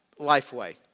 Lifeway